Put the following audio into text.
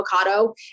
avocado